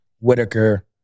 Whitaker